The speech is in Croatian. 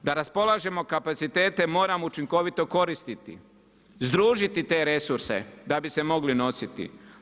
Da raspolažemo kapacitete moramo učinkovito koristiti, združiti te resurse da bismo se mogli nositi.